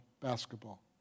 basketball